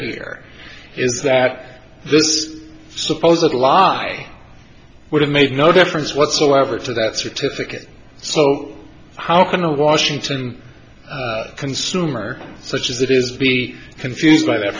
is that this is supposedly law i would have made no difference whatsoever to that certificate so how can a washington consumer such as it is be confused by that